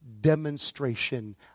demonstration